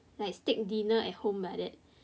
like steak dinner at home like that